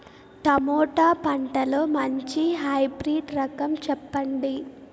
Tomato పంటలో మంచి hybrid రకం చెప్పండి?